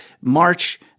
March –